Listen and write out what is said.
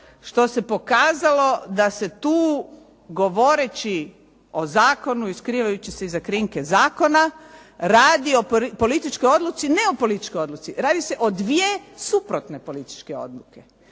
što se pokazalo da se tu, govoreći o zakonu i skrivajući se iza krinke zakona, radi o političkoj odluci. Ne o političkoj odluci, radi se o dvije suprotne političke odluke.